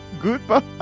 goodbye